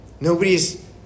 Nobody's